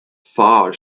far